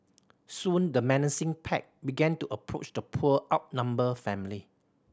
soon the menacing pack began to approach the poor outnumbered family